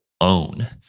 own